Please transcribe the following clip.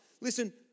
Listen